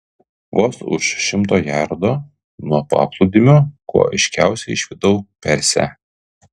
vos už šimto jardo nuo paplūdimio kuo aiškiausiai išvydau persę